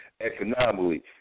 economically